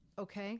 Okay